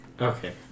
Okay